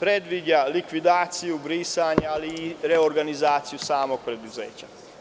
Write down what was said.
predviđa likvidaciju brisanja i reorganizaciju samog preduzeća.